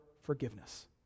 forgiveness